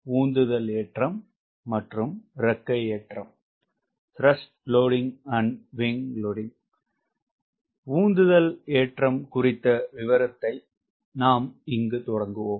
உந்துதல் ஏற்றம் குறித்த விவாதத்தைத் தொடருவோம்